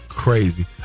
Crazy